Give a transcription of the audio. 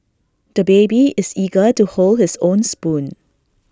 the baby is eager to hold his own spoon